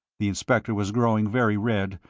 the inspector was growing very red,